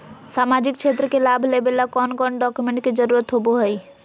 सामाजिक क्षेत्र के लाभ लेबे ला कौन कौन डाक्यूमेंट्स के जरुरत होबो होई?